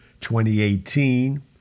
2018